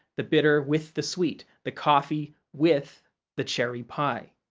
the bitter with the sweet, the coffee with the cherry pie.